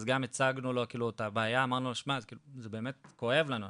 אז גם הצגנו לו את הבעיה אמרנו לו שמע זה באמת כואב לנו,